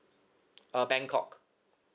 uh bangkok